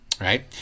right